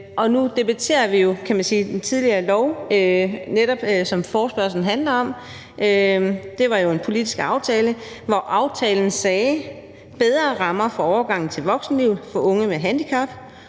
vedtaget lov om det område, som forespørgslen handler om. Det var jo en politisk aftale, hvori indgår initiativet »Bedre rammer for overgangen til voksenlivet for unge med handicap«.